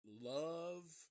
love